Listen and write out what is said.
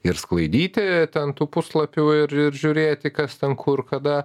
ir sklaidyti ten tų puslapių ir ir žiūrėti kas ten kur kada